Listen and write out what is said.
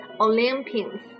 Olympians